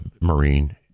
Marine